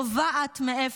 נובעת מאיפה?